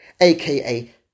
aka